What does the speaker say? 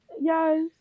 yes